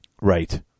Right